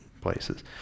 places